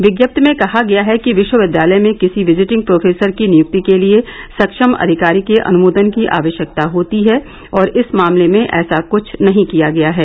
विज्ञप्ति में कहा गया है कि विश्वविद्यालय में किसी विजिटिंग प्रोफेसर की नियुक्ति के लिए सक्षम अधिकारी के अनुमोदन की आवश्यकता होती है और इस मामले में ऐसा कुछ नहीं किया गया है